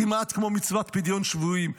כמעט כמו מצוות פדיון שבויים,